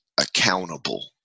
accountable